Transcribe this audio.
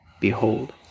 Behold